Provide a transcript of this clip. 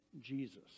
Jesus